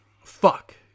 Fuck